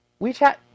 WeChat